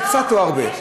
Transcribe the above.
זה קצת או הרבה?